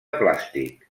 plàstic